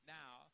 now